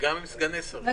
וגם עם סגני שרים.